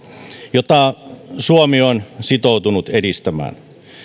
jota suomi on sitoutunut edistämään